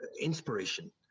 inspiration